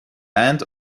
and